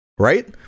Right